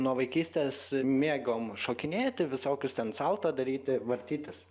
nuo vaikystės mėgom šokinėti visokius ten salto tą daryti vartytis